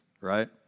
Right